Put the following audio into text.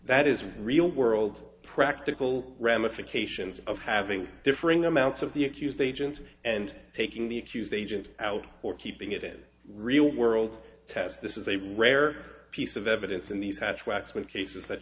that is real world practical ramifications of having differing amounts of the accused agents and taking the accused agent out for keeping it in real world test this is a rare piece of evidence in the past waxman cases that